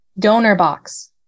Donorbox